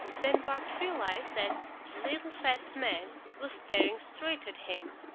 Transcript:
then bart realized that the little fat man was staring straight at him.